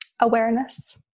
awareness